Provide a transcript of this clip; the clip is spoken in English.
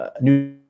New